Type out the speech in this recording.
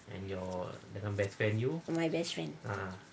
my best friend